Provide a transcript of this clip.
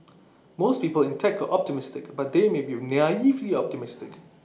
most people in tech are optimistic but they may be naively optimistic